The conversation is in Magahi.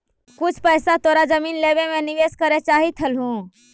कुछ पइसा तोरा जमीन लेवे में निवेश करे चाहित हलउ